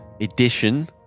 edition